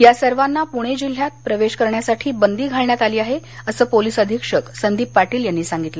या सर्वांना पूणे जिल्ह्यात प्रवेश करण्यासाठी बंदी घालण्यात आली आहे असं पोलिस अधीक्षक संदीप पाटील यांनी सांगितलं